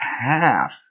half